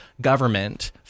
government